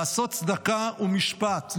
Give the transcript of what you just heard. לעשות צדקה ומשפט".